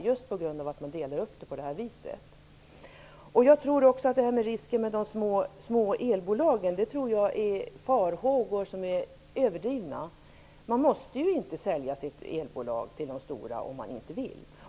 Jag tror att riskerna för de små elbolagen är överdrivna. Man måste ju inte sälja sitt elbolag till de stora om man inte vill.